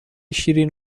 شیرین